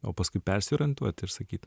o paskui persiorientuot ir sakyt